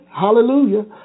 hallelujah